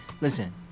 listen